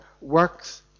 works